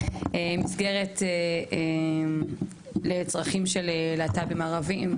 מסגרת לצרכים של להט״בים ערבים.